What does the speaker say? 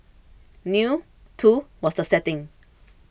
new too was the setting